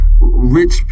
rich